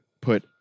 put